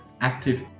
active